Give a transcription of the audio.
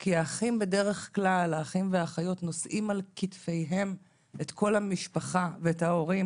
כי בדרך כלל האחים והאחיות נושאים על כתפיהם את כל המשפחה ואת ההורים.